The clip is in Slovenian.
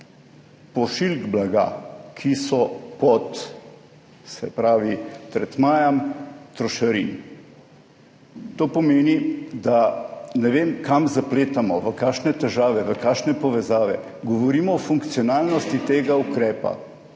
pošiljk blaga, ki so pod tretmajem trošarin. Ne vem, kam zapletamo, v kakšne težave, v kakšne povezave, govorimo o funkcionalnosti tega ukrepa